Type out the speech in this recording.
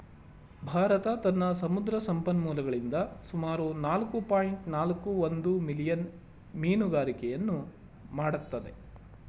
ಭಾರತ ತನ್ನ ಸಮುದ್ರ ಸಂಪನ್ಮೂಲಗಳಿಂದ ಸುಮಾರು ನಾಲ್ಕು ಪಾಯಿಂಟ್ ನಾಲ್ಕು ಒಂದು ಮಿಲಿಯನ್ ಮೀನುಗಾರಿಕೆಯನ್ನು ಮಾಡತ್ತದೆ